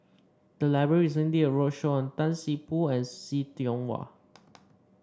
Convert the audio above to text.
the library recently did a roadshow on Tan See Boo and See Tiong Wah